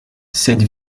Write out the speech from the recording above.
cette